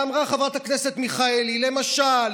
ואמרה חברת הכנסת מיכאלי: למשל,